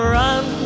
run